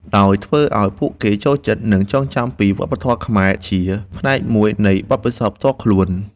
ដោយធ្វើឲ្យពួកគេចូលចិត្ត និងចងចាំពីវប្បធម៌ខ្មែរជាផ្នែកមួយនៃបទពិសោធន៍ផ្ទាល់ខ្លួន។